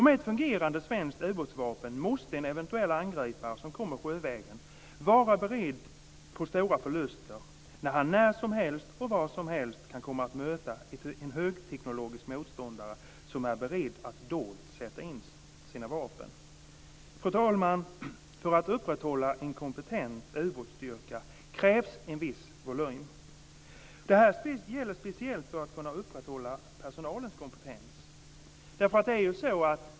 Med ett fungerande svenskt ubåtsvapen måste en eventuell angripare som kommer sjövägen vara beredd på stora förluster när han när som helst och var som helst kan komma att möta en högteknologisk motståndare som är beredd att dolt sätta in sina vapen. Fru talman! För att upprätthålla en kompetent ubåtsstyrka krävs en viss volym. Detta gäller speciellt för att kunna upprätthålla personalens kompetens.